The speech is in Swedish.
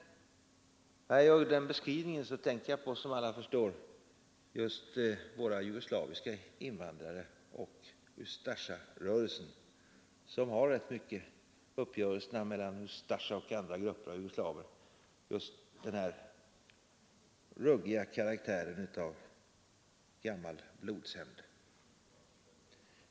När jag gör den beskrivningen tänker jag som alla förstår på våra jugoslaviska invandrare och Ustasja-rörelsen, där det förekommit uppgörelser som just haft den ruggiga karaktären av gammal blodshämnd.